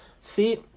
See